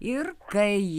ir kai